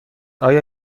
آیا